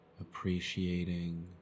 appreciating